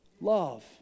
love